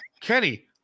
Kenny